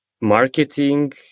marketing